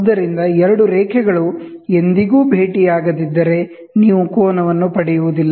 ಆದ್ದರಿಂದ ಎರಡು ರೇಖೆಗಳು ಎಂದಿಗೂ ಭೇಟಿಯಾಗದಿದ್ದರೆ ನೀವು ಆಂಗಲ್ವನ್ನು ಪಡೆಯುವುದಿಲ್ಲ